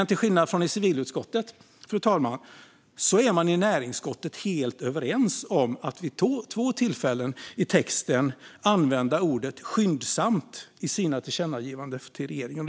Till skillnad från civilutskottet, fru talman, är näringsutskottet helt överens om att vid två tillfällen använda ordet "skyndsamt" i sina förslag till tillkännagivanden till regeringen.